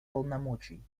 полномочий